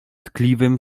tkliwym